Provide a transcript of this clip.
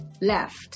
left